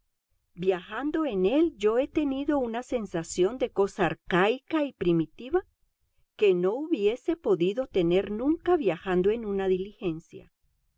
viajando en él yo he tenido una sensación de cosa arcaica y primitiva que no hubiese podido tener nunca viajando en una diligencia